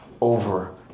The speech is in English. over